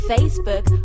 Facebook